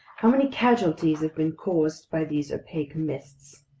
how many casualties have been caused by these opaque mists!